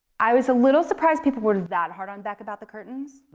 i was a little surprised people were that hard on beck about the curtains.